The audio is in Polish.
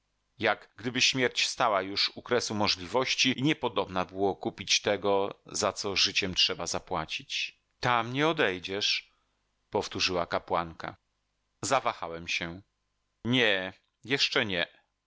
jak gdyby śmierć stała już u kresu możliwości i niepodobna było kupić tego za co życiem trzeba zapłacić tam nie odejdziesz powtórzyła kapłanka zawahałem się nie jeszcze nie